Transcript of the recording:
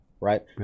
right